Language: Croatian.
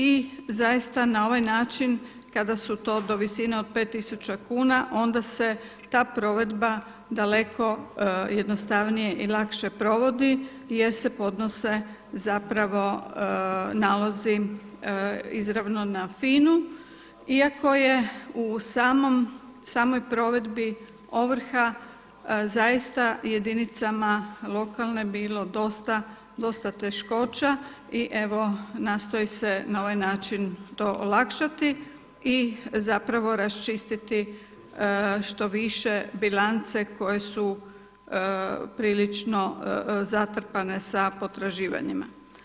I zaista na ovaj način kada su to do visine od 5 tisuća kuna onda se ta provedba daleko jednostavnije i lakše provodi jer se podnose zapravo nalozi izravno na FINU iako je u samoj provedbi ovrha zaista jedinica lokalne bilo dosta teškoća i evo nastoji se na ovaj način to olakšati i zapravo raščistiti što više bilance koje su prilično zatrpane sa potraživanjima.